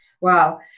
Wow